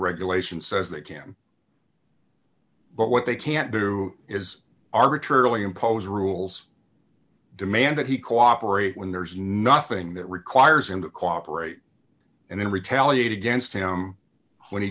regulation says they can but what they can't do is arbitrarily impose rules demand that he cooperate when there's nothing that requires him to cooperate and then retaliate against him when he